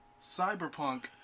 Cyberpunk